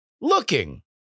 looking